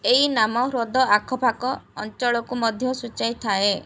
ଏହି ନାମ ହ୍ରଦ ଆଖପାଖ ଅଞ୍ଚଳକୁ ମଧ୍ୟ ସୂଚାଇ ଥାଏ